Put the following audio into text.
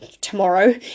tomorrow